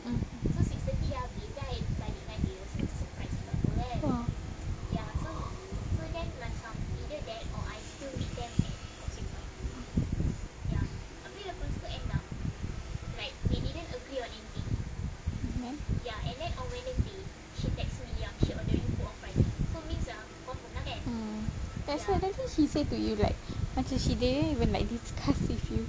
mm then mm that's why she say to you macam like she didn't even discuss with you